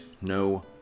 no